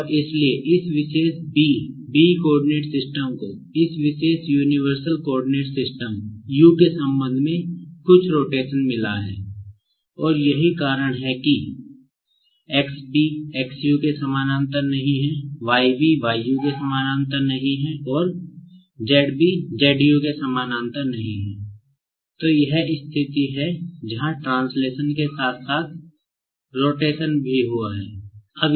और इसलिए इस विशेष B B कोआर्डिनेट सिस्टम भी हुआ है